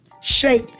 shape